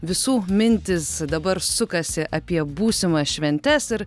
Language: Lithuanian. visų mintys dabar sukasi apie būsimas šventes ir